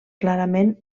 clarament